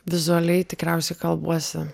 vizualiai tikriausiai kalbuosi